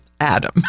Adam